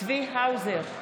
צבי האוזר,